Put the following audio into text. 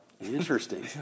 Interesting